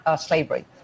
slavery